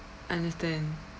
understand